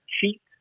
cheat